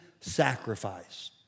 sacrifice